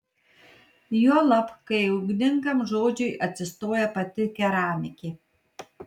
juolab kai ugningam žodžiui atsistoja pati keramikė